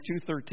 2.13